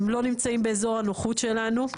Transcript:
הם לא נמצאים באזור הנוחות שלנו.